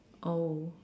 oh